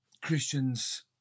Christians